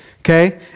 okay